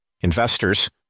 Investors